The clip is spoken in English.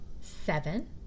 Seven